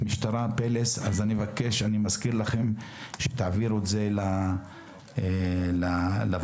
אני מזכיר לכם להעביר את זה לוועדה.